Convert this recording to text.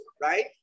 right